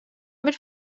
bir